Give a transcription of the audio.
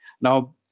Now